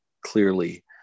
clearly